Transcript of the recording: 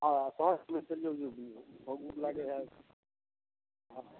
हँ